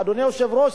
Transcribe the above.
אדוני היושב-ראש,